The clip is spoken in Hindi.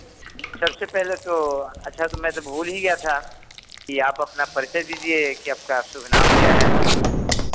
सबसे पहले तो अच्छा तो में तो भूल ही गया था की आप अपना परिचय दीजिए की आपका शुभ नाम क्या है